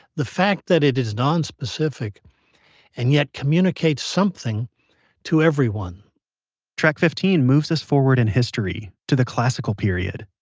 the fact that it is non-specific and yet communicates something to everyone track fifteen moves us forward in history, to the classical period.